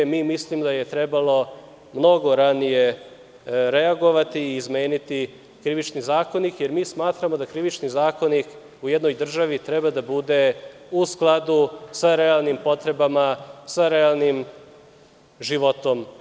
Mi mislimo da je trebalo mnogo ranije reagovati i izmeniti Krivični zakonik, jer mi smatramo da Krivični zakonik u jednoj državi treba da bude u skladu sa realnim potrebama, sa realnim životom.